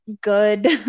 good